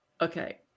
okay